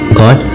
god